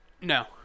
No